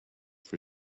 for